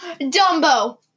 Dumbo